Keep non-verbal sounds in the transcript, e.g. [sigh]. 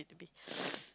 to be [noise]